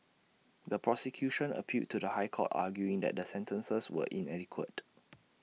the prosecution appealed to the High Court arguing that the sentences were inadequate